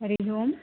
हरिः ओम्